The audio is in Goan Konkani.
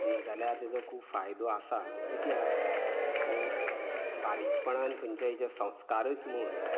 जाल्यार तेजो खूब फायदो आसा कित्याक तर बारीकपणान खंयचेंय जे संस्कारच म्हूण